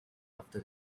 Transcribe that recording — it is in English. after